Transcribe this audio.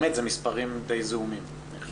אלה מספרים די זעומים.